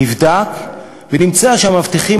נבדק ונמצא שהמאבטחים,